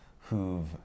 who've